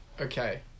okay